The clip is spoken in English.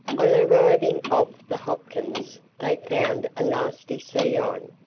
on arriving off the hopkins, they found a nasty sea on,